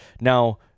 Now